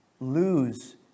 Lose